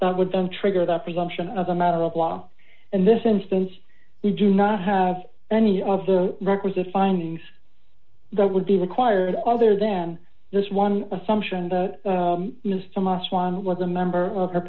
that would then trigger the presumption of a matter of law in this instance we do not have any of the requisite findings that would be required other than this one assumption that some last one was a member of our